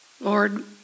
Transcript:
Lord